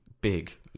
big